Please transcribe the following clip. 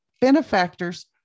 benefactor's